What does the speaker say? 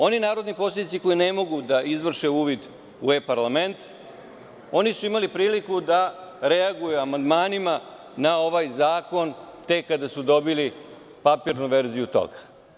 Oni narodni poslanici koji ne mogu da izvrše uvid u e-parlament, oni su imali priliku da reaguju amandmanima na ovaj zakon tek kada su dobili papirnu verziju toga.